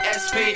sp